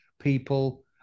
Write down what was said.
people